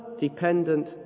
dependent